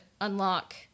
unlock